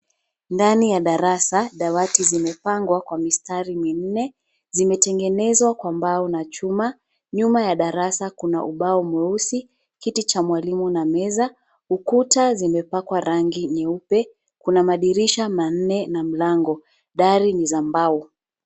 Ndani ya darasa dawati zimepangwa kwa mistari minne, zimetengenezwa kwa mbao na chuma. Nyuma ya darasa kuna ubao mweusi, kiti cha mwalimu na meza. Ukuta zimepakwa rangi nyeupe, kuna madirisha manne na mlango, dari ni za mbao.